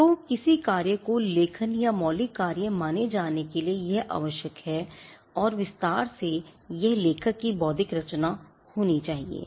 तो किसी कार्य को लेखन का मौलिक कार्य माने जाने के लिए यह सब आवश्यक है और विस्तार से यह लेखक की बौद्धिक रचना होनी चाहिए थी